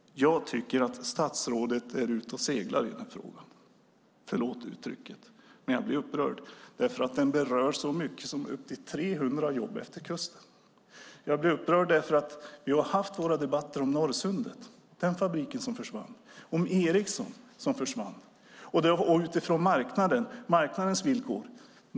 Jag tycker att statsrådet är ute och seglar i den här frågan - förlåt uttrycket, men jag blir upprörd! Frågan berör så många som upp till 300 jobb utefter kusten. Jag blir upprörd eftersom vi har haft våra debatter om fabriken i Norrsundet, som försvann, och om Ericsson, som försvann, och utifrån marknadens villkor.